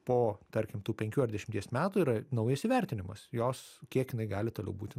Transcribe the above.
po tarkim tų penkių ar dešimties metų yra naujas įvertinimas jos kiek jinai gali toliau būti